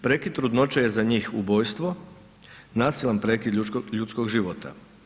Prekid trudnoće je za njih ubojstvo, nasilan prekid ljudskog života.